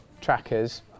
trackers